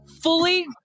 fully